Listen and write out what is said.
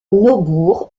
neubourg